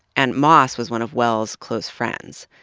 and moss was one of wells' close friends.